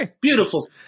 Beautiful